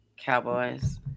Cowboys